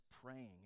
praying